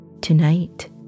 Tonight